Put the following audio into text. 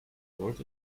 crawled